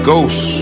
Ghost